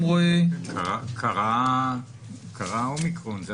קרה האומיקרון.